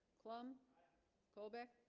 plumb colbeck